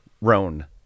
Roan